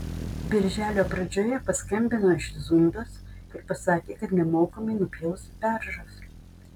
birželio pradžioje paskambino iš zundos ir pasakė kad nemokamai nupjaus beržus